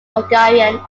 hungarian